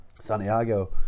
Santiago